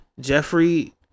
Jeffrey